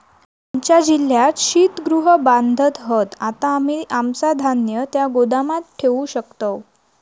आमच्या जिल्ह्यात शीतगृह बांधत हत, आता आम्ही आमचा धान्य त्या गोदामात ठेवू शकतव